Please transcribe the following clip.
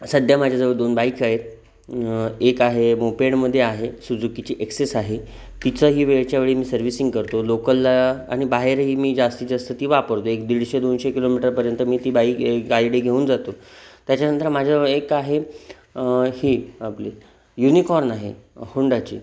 सध्या माझ्याजवळ दोन बाईक आहेत एक आहे मोपेडमध्ये आहे सुजुकीची एक्सेस आहे तिचाही वेळच्या वेळी मी सर्व्हिसिंग करतो लोकलला आणि बाहेरही मी जास्तीत जास्त ती वापरतो एक दीडशे दोनशे किलोमीटरपर्यंत मी ती बाईक गाडी घेऊन जातो त्याच्यानंतर माझं एक आहे ही आपली युनिकॉर्न आहे होंडाची